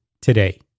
today